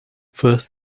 first